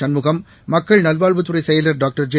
சண்முகம் மக்கள் நல்வாழ்வுத் துறை செயலர் டாக்டர் ஜெ